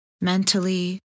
mentally